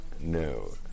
no